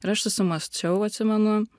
ir aš susimąsčiau atsimenu